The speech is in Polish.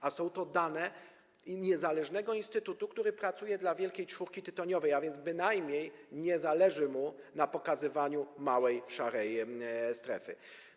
A są to dane niezależnego instytutu, który pracuje dla wielkiej czwórki tytoniowej, a więc bynajmniej nie zależy mu na pokazywaniu małej szarej strefy.